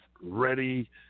ready